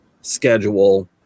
schedule